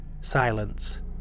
silence